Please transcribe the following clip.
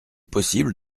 possible